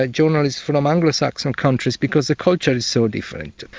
ah journalists from um anglo-saxon countries because the culture is so different.